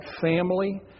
family